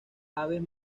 aves